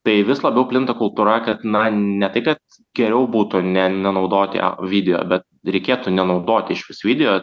tai vis labiau plinta kultūra kad na ne tai kad geriau būtų ne nenaudoti video bet reikėtų nenaudoti išvis video